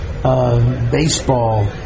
Baseball